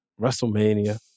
WrestleMania